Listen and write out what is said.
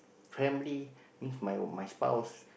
family means my my spouse